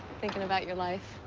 thinking about your life.